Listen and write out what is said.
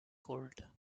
cold